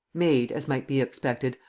made, as might be expected,